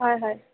হয় হয়